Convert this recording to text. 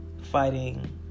fighting